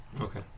Okay